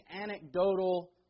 anecdotal